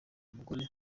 mugore